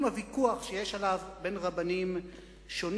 עם הוויכוח שיש עליו בין רבנים שונים,